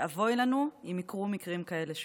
אבוי לנו אם יקרו מקרים כאלה שוב.